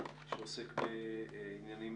שעוסק בעניינים